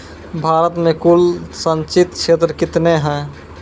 भारत मे कुल संचित क्षेत्र कितने हैं?